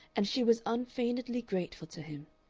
and she was unfeignedly grateful to him.